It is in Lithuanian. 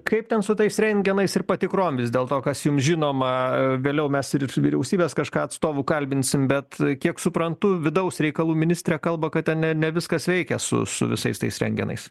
kaip ten su tais rentgenais ir patikrom vis dėl to kas jums žinoma vėliau mes ir iš vyriausybės kažką atstovų kalbinsim bet kiek suprantu vidaus reikalų ministrė kalba kad ten ne ne viskas veikia su su visais tais rentgenais